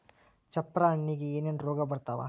ಚಪ್ರ ಹಣ್ಣಿಗೆ ಏನೇನ್ ರೋಗ ಬರ್ತಾವ?